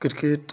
cricket